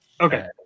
Okay